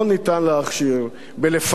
בלפלג במקום לאחד,